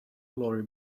lori